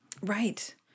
Right